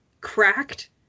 cracked